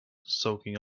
soaking